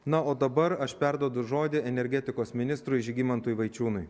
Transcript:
na o dabar aš perduodu žodį energetikos ministrui žygimantui vaičiūnui